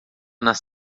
nas